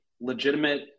legitimate